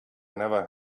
never